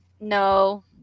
No